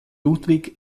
ludwig